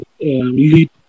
lead